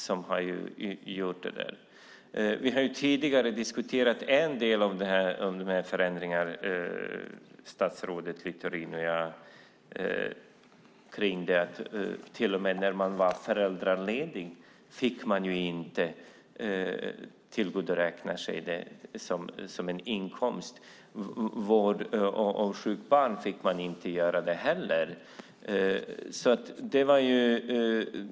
En del av förändringarna som statsrådet Littorin och jag har diskuterat tidigare är att man när man är föräldraledig inte får tillgodoräkna sig det som inkomst. Vid vård av sjukt barn får man inte heller göra det.